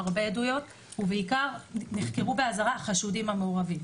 הרבה עדויות ובעיקר נחקרו באזהרה החשודים המעורבים,